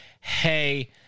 hey